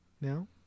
now